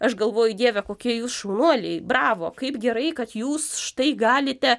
aš galvoju dieve kokie jūs šaunuoliai bravo kaip gerai kad jūs štai galite